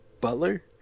butler